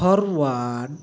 forward